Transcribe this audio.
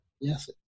Yes